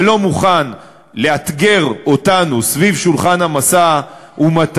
ולא מוכן לאתגר אותנו סביב שולחן המשא-ומתן,